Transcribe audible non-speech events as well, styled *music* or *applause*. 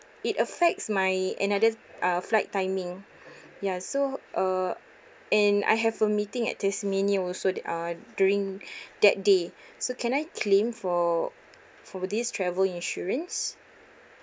it affects my another uh flight timing ya so uh and I have a meeting at tasmania also that uh during *breath* that day so can I claim for for this travel insurance